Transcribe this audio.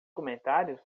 comentários